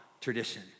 tradition